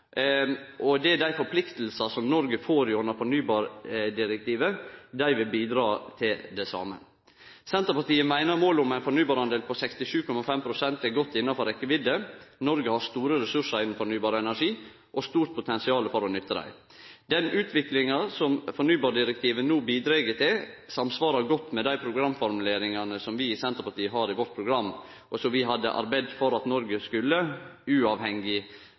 klimaarbeidet globalt, og dei forpliktingane som Noreg får gjennom fornybardirektivet, vil bidra til det same. Senterpartiet meiner målet om ein fornybardel på 67,5 pst. er godt innanfor rekkevidda. Noreg har store ressursar innan fornybar energi og stort potensial for å nytte dei. Den utviklinga som fornybardirektivet no bidreg til, samsvarer godt med dei programformuleringane som vi i Senterpartiet har i vårt program, og som vi hadde arbeidd for at Noreg skulle innført – uavhengig